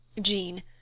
Jean